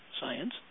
science